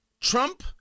Trump